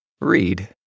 read